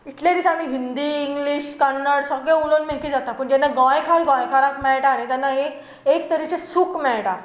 इतले दीस आमी हिंदी इंग्लीश कन्नड सगळें उलोवन मेकळी जातात पूण जेन्ना गोंयकार गोंयकाराक मेळटा न्हय तेन्ना एक एक तरेचें सूख मेळटा